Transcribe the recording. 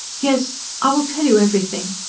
yes, i will tell you everything.